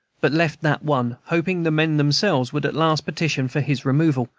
but left that one, hoping the men themselves would at last petition for his removal,